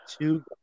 two